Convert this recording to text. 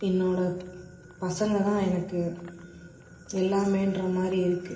என்னோடய பசங்கள் தான் எனக்கு எல்லாம்ன்ற மாதிரி இருக்குது